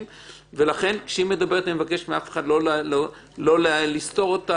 לכן כשהיא מדברת אני מבקש לא לסתור אותה,